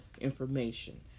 information